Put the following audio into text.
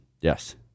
Yes